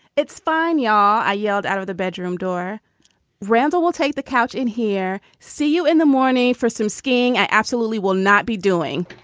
it's fine, yea, yeah ah i yelled out of the bedroom door randall will take the couch in here. see you in the morning for some skiing. i absolutely will not be doing.